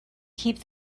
keep